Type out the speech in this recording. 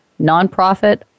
nonprofit